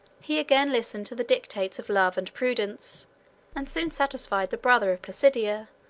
he again listened to the dictates of love and prudence and soon satisfied the brother of placidia,